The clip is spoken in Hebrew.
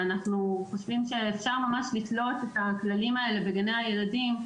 ואנחנו חושבים שאפשר ממש לתלות את הכללים האלה בגני הילדים,